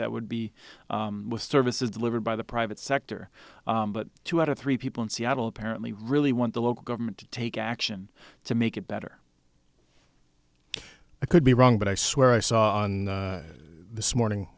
that would be services delivered by the private sector but two out of three people in seattle apparently really want the local government to take action to make it better i could be wrong but i swear i saw on this morning